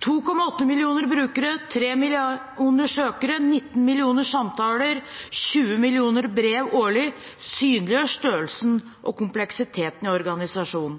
2,8 millioner brukere, 3 millioner søkere, 19 millioner samtaler, 20 millioner brev årlig synliggjør størrelsen og kompleksiteten i organisasjonen.